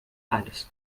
alles